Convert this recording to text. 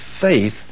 faith